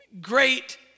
great